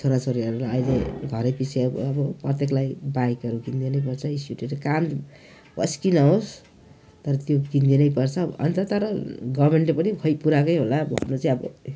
छोराछोरीहरूलाई अहिले घरैपछि अ अब प्रत्येकलाई बाइकहरू किनिदिनै पर्छ स्कुटीहरू काम होस् कि नहोस् तर त्यो किनिदिनै पर्छ अन्त तर गभर्मेन्टले पनि खोई पुर्याएकै होला भन्नु चाहिँ अब